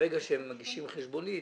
שברגע שהם מגישים חשבונית,